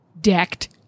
decked